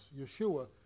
Yeshua